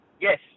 Yes